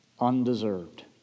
undeserved